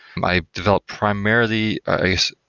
i develop primarily, i guess,